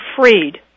freed